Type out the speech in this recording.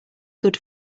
good